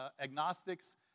agnostics